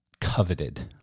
coveted